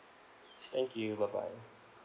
thank you bye bye